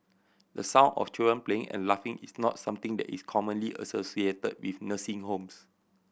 the sound of children playing and laughing is not something that is commonly associated with nursing homes